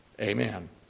Amen